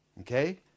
Okay